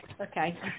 Okay